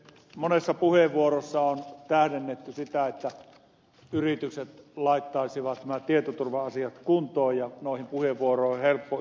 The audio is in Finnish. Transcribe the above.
monessa puheenvuorossa on tähdennetty sitä että yritykset laittaisivat nämä tietoturva asiat kuntoon ja noihin puheenvuoroihin on helppo yhtyä